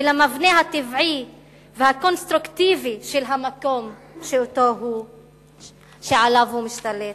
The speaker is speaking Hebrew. ולמבנה הטבעי והקונסטרוקטיבי של המקום שעליו הוא משתלט.